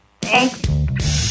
Thanks